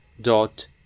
dot